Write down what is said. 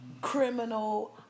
criminal